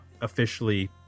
officially